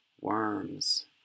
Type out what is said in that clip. worms